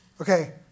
Okay